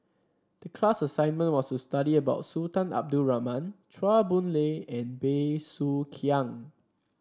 the class assignment was to study about Sultan Abdul Rahman Chua Boon Lay and Bey Soo Khiang